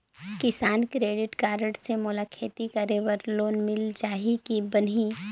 किसान credit card से मोला खेती करे बर लोन मिल जाहि की बनही??